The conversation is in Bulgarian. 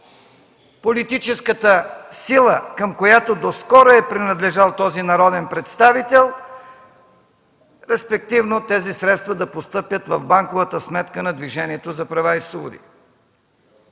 политическата сила, към която доскоро е принадлежал този народен представител, респективно тези средства да постъпят в банковата сметка на Движението за права и свободи.